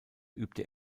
übte